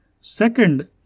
Second